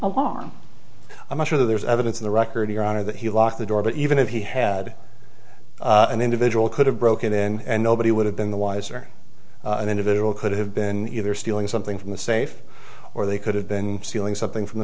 alarm i'm sure there's evidence in the record your honor that he locked the door but even if he had an individual could have broken in and nobody would have been the wiser individual could have been either stealing something from the safe or they could have been stealing something from the